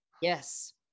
Yes